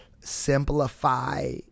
simplify